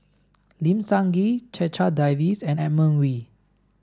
Lim Sun Gee Checha Davies and Edmund Wee